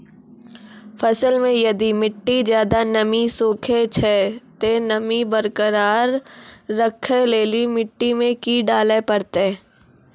फसल मे यदि मिट्टी ज्यादा नमी सोखे छै ते नमी बरकरार रखे लेली मिट्टी मे की डाले परतै?